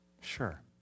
Sure